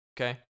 Okay